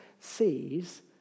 sees